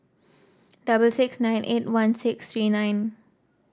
double six nine eight one six three nine